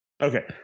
okay